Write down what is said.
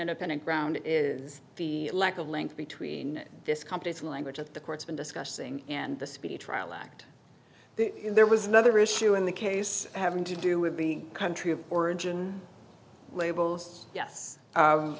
independent ground it is the lack of link between this company's language of the court's been discussing and the speedy trial act there was another issue in the case having to do with being country of origin labels yes